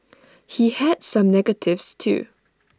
he had some negatives too